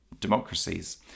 democracies